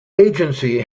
agency